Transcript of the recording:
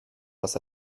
was